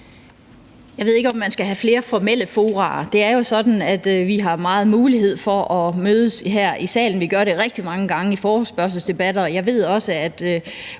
Jeg ved ikke, om man skal have flere formelle fora. Det er jo sådan, at vi har mange muligheder for at mødes her i salen. Vi gør det rigtig mange gange i forespørgselsdebatter, og jeg ved også, at